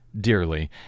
dearly